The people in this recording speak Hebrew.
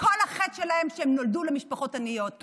כל החטא שלהן, שהן נולדו משפחות עניות.